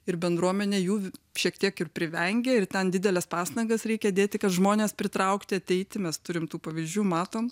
ir bendruomenė jų šiek tiek ir privengia ir ten dideles pastangas reikia dėti kad žmonės pritraukti ateiti mes turim tų pavyzdžių matom